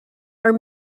are